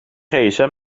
gsm